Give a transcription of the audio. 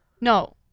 no